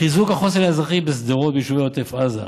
חיזוק החוסן האזרחי בשדרות וביישובי עוטף עזה,